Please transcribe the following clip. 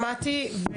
שמעתי.